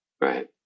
right